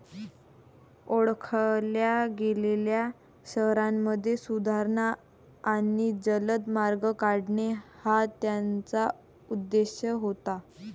ओळखल्या गेलेल्या शहरांमध्ये सुधारणा आणि जलद मार्ग काढणे हा त्याचा उद्देश होता